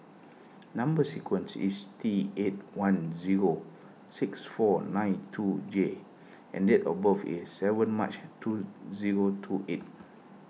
Number Sequence is T eight one zero six four nine two J and date of birth is seven March two zero two eight